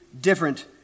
different